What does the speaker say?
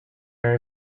are